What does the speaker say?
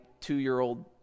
two-year-old